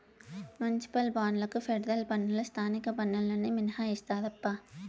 municipal బాండ్లకు federal పన్నులు స్థానిక పన్నులు నుండి మినహాయిస్తారప్పా